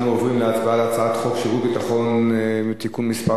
אנחנו עוברים להצבעה על הצעת חוק שירות ביטחון (תיקון מס'